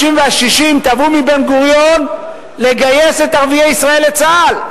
וה-60 תבעו מבן-גוריון לגייס את ערביי ישראל לצה"ל,